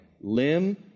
limb